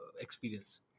experience